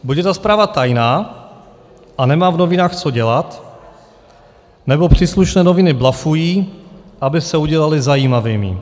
Buď je ta zpráva tajná a nemá v novinách co dělat, nebo příslušné noviny blufují, aby se udělaly zajímavými.